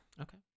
Okay